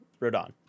rodon